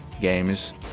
games